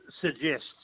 suggests